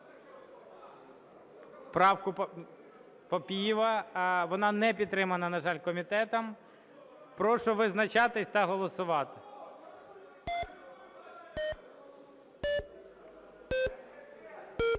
Правку Папієва, вона не підтримана, на жаль, комітетом. Прошу визначатись та голосувати.